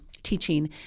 teaching